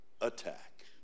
attack